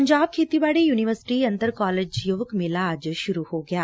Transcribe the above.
ਪੰਜਾਬ ਖੇਤੀਬਾੜੀ ਯੂਨੀਵਰਸਿਟੀ ਅੰਤਰ ਕਾਲਜ ਯੁਵਕ ਮੇਲਾ ਅੱਜ ਸ਼ੁਰੂ ਹੋ ਗਿਐ